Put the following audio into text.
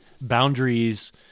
boundaries